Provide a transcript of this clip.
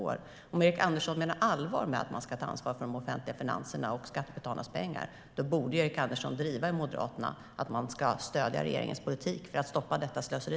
Om Erik Andersson menar allvar med att man ska ta ansvar för de offentliga finanserna och skattebetalarnas pengar borde Erik Andersson i Moderaterna driva att man ska stödja regeringens politik, för att stoppa detta slöseri.